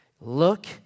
Look